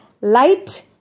light